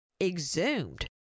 exhumed